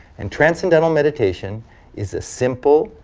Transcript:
and transcendental meditation is a simple,